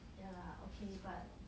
ya lah okay but